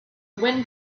wind